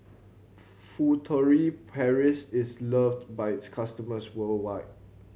Furtere Paris is loved by its customers worldwide